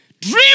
Dream